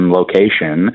location